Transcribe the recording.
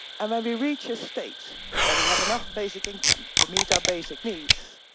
and when we reach a state where we have enough basic income to meet our basic needs,